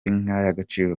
y’agaciro